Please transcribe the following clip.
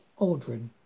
Aldrin